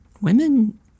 women